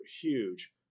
huge